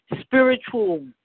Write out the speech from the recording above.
spiritual